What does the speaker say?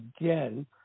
again